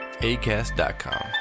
ACAST.com